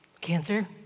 Cancer